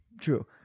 true